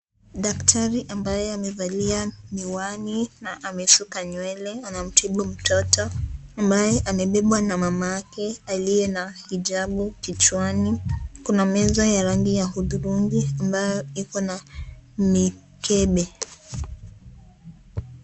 Daktari ambaye amevalia miwani na amesuka nywele anamtibu mtoto ambaye amebebwa na mama yake aliye na hijabu kichwani, kuna meza ya rangi ya udhurungi ambayo iko na mikebe.